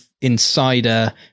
insider